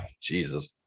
jesus